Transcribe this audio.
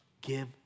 Give